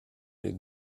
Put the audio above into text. les